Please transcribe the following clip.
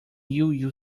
you